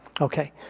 okay